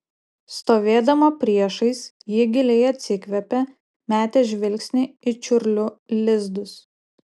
stovėdama priešais ji giliai atsikvėpė metė žvilgsnį į čiurlių lizdus